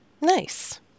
Nice